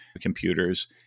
computers